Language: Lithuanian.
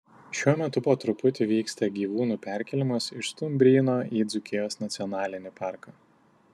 šiuo metu po truputį vyksta gyvūnų perkėlimas iš stumbryno į dzūkijos nacionalinį parką